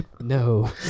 No